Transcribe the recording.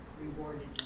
rewarded